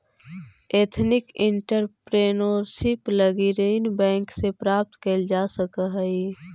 ethnic entrepreneurship लगी ऋण bank से प्राप्त कैल जा सकऽ हई